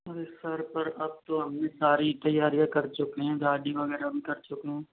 अरे सर पर अब तो हम भी सारी तैयारियाँ कर चुके हैं गाड़ी वगैरह भी कर चुके हैं